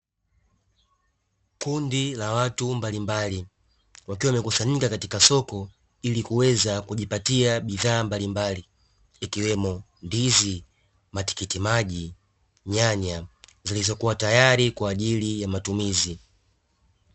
Kundi la watu mbalimbali wakiwa wamekusanyika katika soko ili kuweza kujipatia bidhaa mbalimbali ikiwemo ndizi, matikiti maji, nyanya zilizokuwa tayari kwajili ya matumizi.